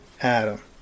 adam